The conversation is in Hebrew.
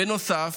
בנוסף,